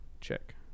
check